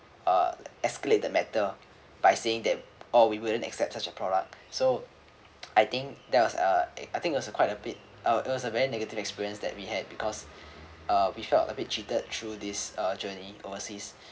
uh escalate the matter by saying that oh we wouldn't accept such a product so I think there was uh I think it's a quite a bit uh it was a very negative experiences that we had because uh we felt a bit cheated through this journey overseas